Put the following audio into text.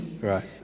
Right